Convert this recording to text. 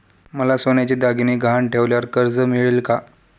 मला सोन्याचे दागिने गहाण ठेवल्यावर कर्ज मिळेल का?